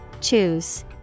Choose